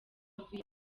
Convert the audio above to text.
avuye